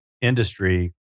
industry